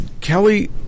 Kelly